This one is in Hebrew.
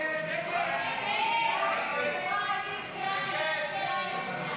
הסתייגות 79 לא נתקבלה.